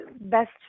best